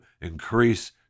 increase